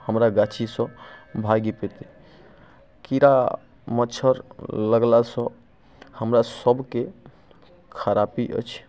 हमरा गाछीसँ भागि पेतै कीड़ा मच्छर लगलासँ हमरा सबके खरापी अछि